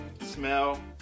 smell